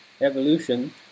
evolution